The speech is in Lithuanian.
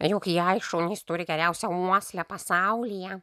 juk jei šunys turi geriausią uoslę pasaulyje